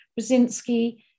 Brzezinski